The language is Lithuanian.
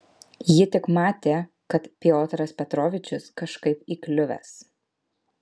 ji tik matė kad piotras petrovičius kažkaip įkliuvęs